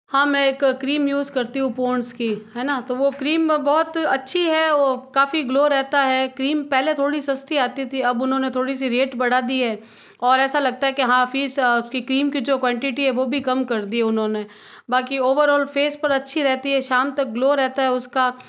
हाँ मैं एक क्रीम यूज़ करती हूँ पोंड्स की है ना तो वो क्रीम बहुत अच्छी है वो काफ़ी ग्लो रहता है क्रीम पहले थोड़ी सस्ती आती थी अब उन्होंने थोड़ी सी रेट बढ़ा दी है और ऐसा लगता है के हाँ फीस उसकी क्रीम की जो क्वांटिटी है वो भी कम कर दी उन्होंने बाकि ओवरऑल फेस पर अच्छी रहती है शाम तक ग्लो रहता है उसका